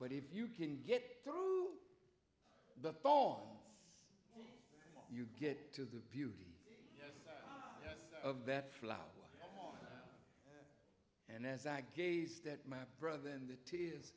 but if you can get the bone you get to the beauty of that flower and as i gazed at my brother and the